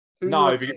No